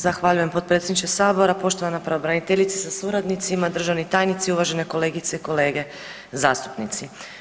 Zahvaljujem potpredsjedniče Sabora, poštovana pravobraniteljice sa suradnicima, državni tajnici, uvažene kolegice i kolege zastupnici.